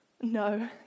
No